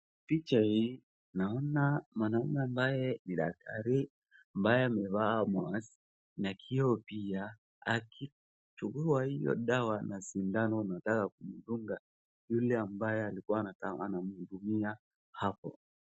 Picha hii, naona mwanaume ambaye ni daktari, ambaye amevaa mask, na kioo pia akichukua hiyo dawa na sindano akitaka kumdunga yule ambaye alikuwa anamhudumia hapo.